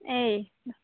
ए